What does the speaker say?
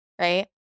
Right